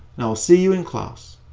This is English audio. and i will see you in class!